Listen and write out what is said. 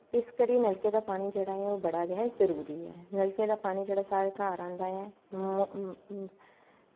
इस करियै नलके दा पानी बड़ा गै जरूरी ऐ नलके दा पानी जेह्ड़ा साढ़े घर आंदा ऐ